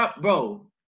Bro